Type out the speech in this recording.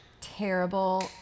terrible